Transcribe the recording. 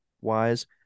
wise